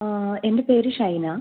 എൻ്റെ പേര് ഷൈന